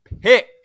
pick